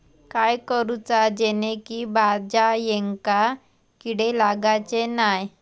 काय करूचा जेणेकी भाजायेंका किडे लागाचे नाय?